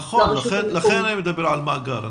נכון, לכן אני מדבר על מאגר.